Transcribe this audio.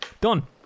done